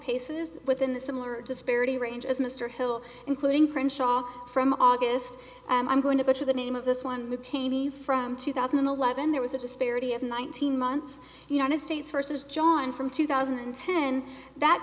cases within the similar disparity range as mr hill including crenshaw from august i'm going to butcher the name of this one with cheney from two thousand and eleven there was a disparity of nineteen months united states versus john from two thousand and ten that